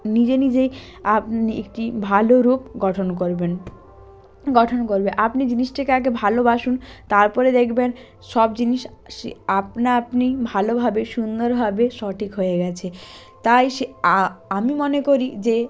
নিজে নিজেই একটি ভালো রূপ গঠন করবেন গঠন করবে আপনি জিনিসটিকে আগে ভালোবাসুন তার পরে দেখবেন সব জিনিসই আপনাআপনি ভালোভাবে সুন্দরভাবে সঠিক হয়ে গেছে তাই সে আমি মনে করি যে